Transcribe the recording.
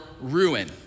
ruin